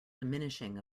diminishing